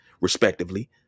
respectively